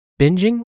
Binging